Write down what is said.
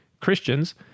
Christians